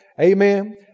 Amen